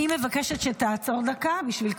אני מבקשת שתעצור דקה, למען כבודך.